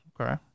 okay